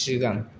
सिगां